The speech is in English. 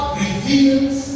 reveals